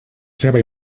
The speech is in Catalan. ceba